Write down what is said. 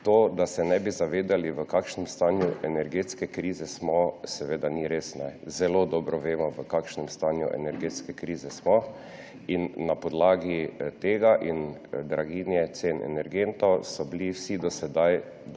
Tega, da se ne bi zavedali ,v kakšnem stanju energetske krize smo, seveda ni res. Zelo dobro vemo, v kakšnem stanju energetske krize smo in na podlagi tega in dragih cen energentov so bili vsi do sedaj